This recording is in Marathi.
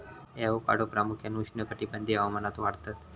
ॲवोकाडो प्रामुख्यान उष्णकटिबंधीय हवामानात वाढतत